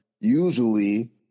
usually